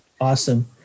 Awesome